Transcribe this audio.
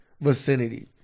vicinity